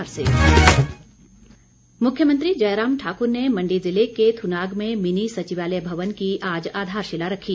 मुख्यमंत्री मुख्यमंत्री जयराम ठाकूर ने मण्डी जिले के थुनाग में मिनी सचिवालय भवन की आज आधारशिला रखी